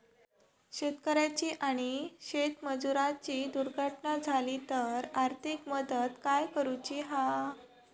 शेतकऱ्याची आणि शेतमजुराची दुर्घटना झाली तर आर्थिक मदत काय करूची हा?